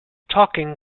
talking